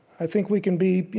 i think we can be, you